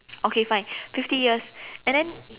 okay fine fifty years and then